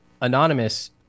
Anonymous